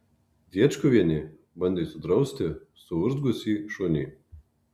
diečkuvienė bandė sudrausti suurzgusį šunį